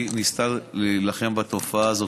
ניסתה להילחם בתופעה הזאת,